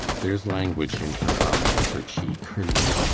there's language in her eye, her cheek, her lip,